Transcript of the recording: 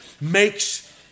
makes